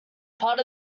part